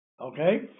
Okay